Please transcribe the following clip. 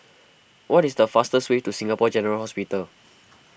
what is the fastest way to Singapore General Hospital